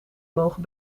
mogen